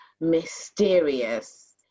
mysterious